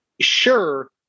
sure